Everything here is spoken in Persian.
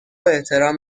احترام